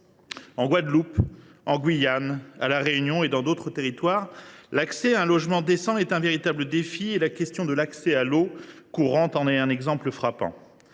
En Guadeloupe, en Guyane, à La Réunion et dans bien d’autres territoires encore, l’accès à un logement décent est un véritable défi, et la question de l’accès à l’eau courante en est un exemple frappant.